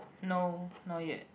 no not yet